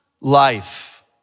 life